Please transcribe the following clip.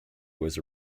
was